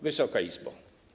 Wysoka Izbo!